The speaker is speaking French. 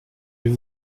vais